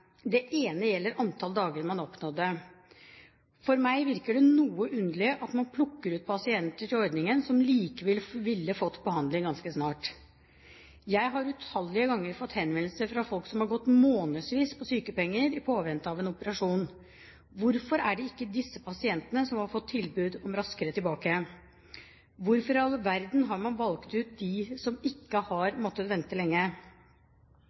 Det ene gjelder antall dager man oppnådde. For meg virker det noe underlig at man plukker ut pasienter til ordningen som likevel ville fått behandling ganske snart. Jeg har utallige ganger fått henvendelser fra folk som i månedsvis har fått sykepenger, i påvente av en operasjon. Hvorfor er det ikke disse pasientene som har fått tilbud om Raskere tilbake? Hvorfor i all verden har man valgt ut dem som ikke har måttet vente lenge?